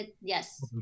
Yes